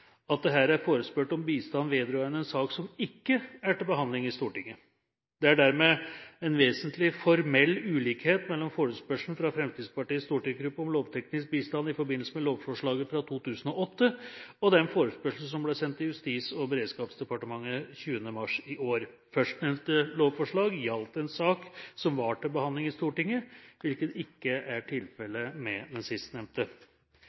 at det her er forespurt om bistand vedrørende en sak som ikke er til behandling i Stortinget. Det er dermed en vesentlig formell ulikhet mellom forespørselen fra Fremskrittspartiets stortingsgruppe om lovteknisk bistand i forbindelse med lovforslaget fra 2008 og den forespørselen som ble sendt til Justis- og beredskapsdepartementet 20. mars i år. Førstnevnte lovforslag gjaldt en sak som var til behandling i Stortinget, hvilket ikke er tilfellet med den sistnevnte.